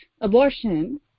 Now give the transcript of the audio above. abortion